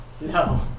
No